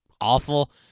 awful